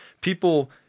people